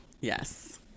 Yes